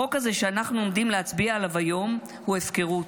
החוק הזה שאנחנו עומדים להצביע עליו היום הוא הפקרות.